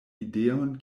ideon